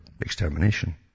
extermination